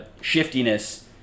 shiftiness